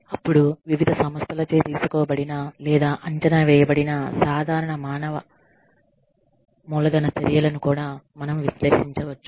అప్పుడు వివిధ సంస్థలచే తీసుకోబడిన లేదా అంచనా వేయబడిన సాధారణ మానవ మూలధన చర్యలను కూడా మనం విశ్లేషించవచ్చు